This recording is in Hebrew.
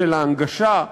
של ההנגשה,